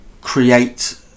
create